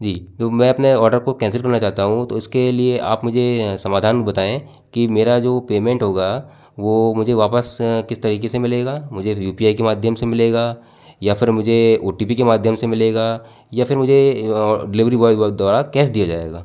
जी तो मैं अपने ऑर्डर को कैंसिल करना चाहता हूँ तो उसके लिए आप मुझे अ समाधान बताएँ कि मेरा जो पेमेंट होगा वो मुझे वापस अ किस तरीके से मिलेगा मुझे यू पी आई के माध्यम से मिलेगा या फिर मुझे ओ टी पी के माध्यम से मिलेगा या फिर मुझे अ डिलेवरी बॉय द्वारा कैस दिया जाएगा